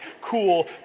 cool